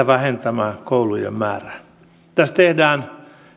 vähentämään koulujen määrää tässä tehdään